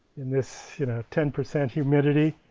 in this you know ten percent humidity.